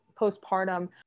postpartum